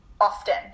often